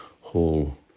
whole